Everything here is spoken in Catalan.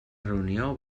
reunió